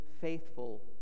faithful